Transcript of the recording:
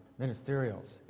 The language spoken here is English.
ministerials